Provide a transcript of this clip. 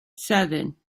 seven